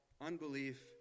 unbelief